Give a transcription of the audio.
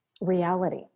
reality